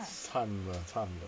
cham 了 cham 了